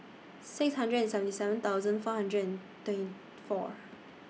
six hundred and seventy seven thousand four hundred and twenty four